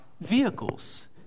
vehicles